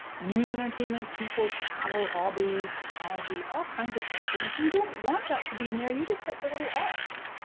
news, entertainment, people, travel, hobbies, technology, all kinds of things and if you don't want that to be in there you just hit the little x,